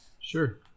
Sure